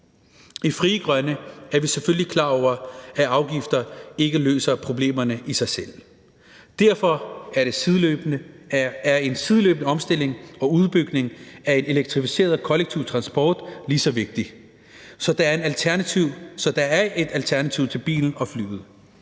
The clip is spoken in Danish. I Frie Grønne er vi selvfølgelig klar over, at afgifter ikke løser problemerne i sig selv, og derfor er en sideløbende omstilling og udbygning af en elektrificeret kollektiv transport lige så vigtig, så der er et alternativ til bilen og flyet.